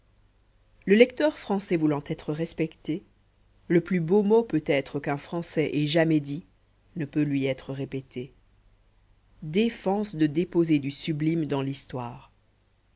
le lecteur français voulant être respecté le plus beau mot peut-être qu'un français ait jamais dit ne peut lui être répété défense de déposer du sublime dans l'histoire